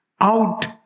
out